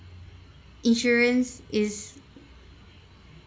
insurance is